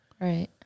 Right